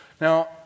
Now